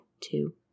two